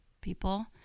people